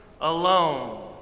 alone